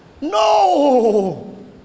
no